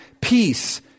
Peace